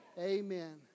Amen